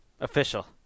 official